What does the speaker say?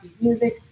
music